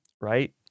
right